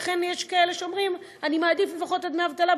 לכן יש כאלה שאומרים: אני מעדיף לפחות את דמי האבטלה,